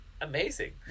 amazing